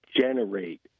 generate